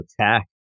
attack